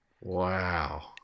Wow